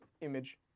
image